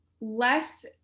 less